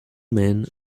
men